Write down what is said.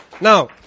Now